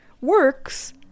works